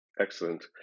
excellent